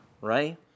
right